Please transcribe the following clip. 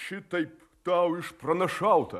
šitaip tau išpranašauta